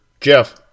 Jeff